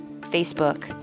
Facebook